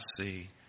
see